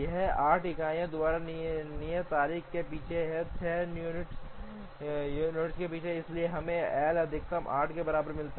यह 8 इकाइयों द्वारा नियत तारीख से पीछे है 6 यूनिट्स से पीछे है इसलिए हमें L अधिकतम 8 के बराबर मिलता है